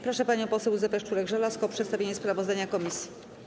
Proszę panią poseł Józefę Szczurek-Żelazko o przedstawienie sprawozdania komisji.